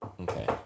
Okay